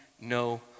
no